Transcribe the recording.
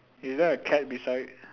is there a cat beside